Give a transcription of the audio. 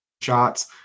shots